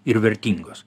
ir vertingos